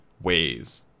ways